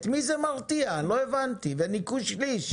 את מי זה מרתיע, אני לא הבנתי, וניכוי שליש.